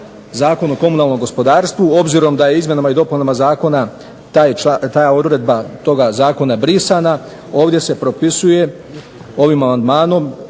Zakon o komunalnom gospodarstvu. Obzirom da je izmjenama i dopunama zakona ta odredba toga zakona brisana ovdje se propisuje ovim amandmanom